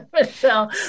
Michelle